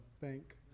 thank